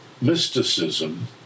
mysticism